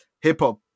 hip-hop